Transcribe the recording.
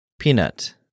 Peanut